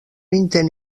intent